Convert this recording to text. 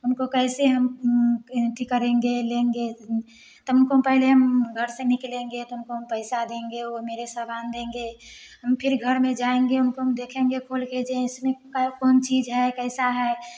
उनको कैसे हम एंट्री करेंगे लेंगे तुमको पहले हम घर से निकलेंगे तुमको हम पैसा देंगे वो मेरे सामान देंगे हम फिर घर में जाएँगे उनकों हम देखेंगे खोलके जे इसने कै कौन चीज़ है कैसा है